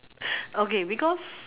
okay because